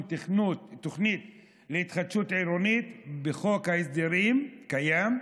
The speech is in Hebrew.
תוכנית להתחדשות עירונית בחוק ההסדרים הקיים,